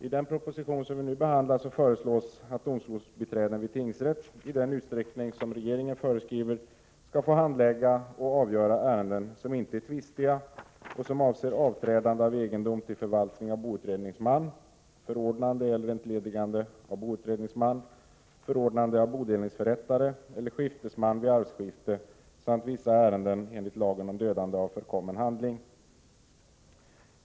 I den proposition som vi nu behandlar föreslås att domstolsbiträden vid tingsrätt, i den utsträckning som regeringen föreskriver, skall få handlägga och avgöra ärenden som inte är tvistiga och som avser avträdande av egendom till förvaltning av boutredningsman, förordnande eller entledigande av boutredningsman, förordnande av bodelningsförrättare eller skiftesman vid arvsskifte samt vissa ärenden enligt lagen om dödande av förkommen handling.